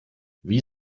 wie